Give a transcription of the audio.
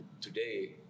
today